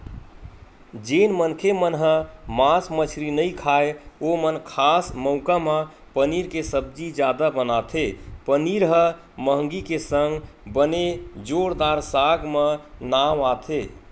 जेन मनखे मन ह मांस मछरी नइ खाय ओमन खास मउका म पनीर के सब्जी जादा बनाथे पनीर ह मंहगी के संग बने जोरदार साग म नांव आथे